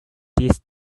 this